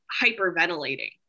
hyperventilating